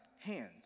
hands